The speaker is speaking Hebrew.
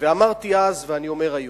אמרתי אז, ואני אומר היום,